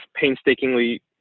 painstakingly